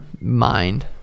Mind